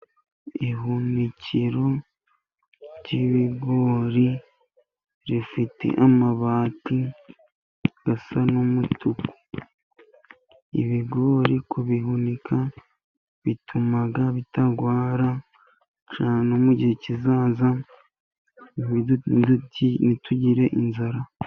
Ihunikiro ry'ibigori rifite amabati asa n'umutu, ibigori kubihunika bituma bitarwara, cyangwa mu gihe kizaza ntitugire inzara.